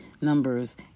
numbers